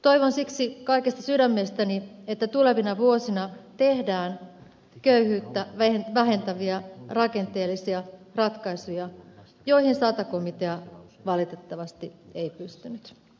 toivon siksi kaikesta sydämestäni että tulevina vuosina tehdään köyhyyttä vähentäviä rakenteellisia ratkaisuja joihin sata komitea valitettavasti ei pystynyt